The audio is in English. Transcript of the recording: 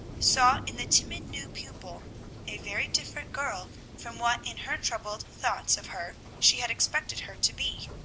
saw in the timid new pupil a very different girl from what in her troubled thoughts of her she had expected her to be.